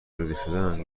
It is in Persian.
انگشتم